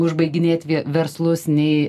užbaiginėt verslus nei